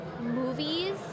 movies